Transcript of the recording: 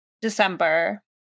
December